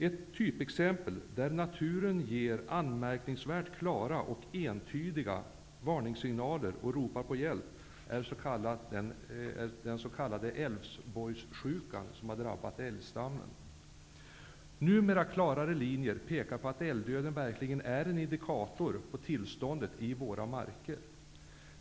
Ett typexempel på hur naturen ger anmärkningsvärt klara och entydiga varningssignaler och ropar på hjälp är den s.k. Numera klarare linjer pekar på att älgdöden verkligen är en indikator på tillståndet i våra marker.